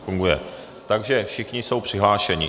Funguje, takže všichni jsou přihlášeni.